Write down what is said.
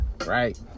right